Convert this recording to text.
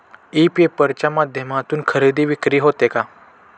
E paper च्या माध्यमातून खरेदी विक्री होते का?